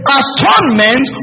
atonement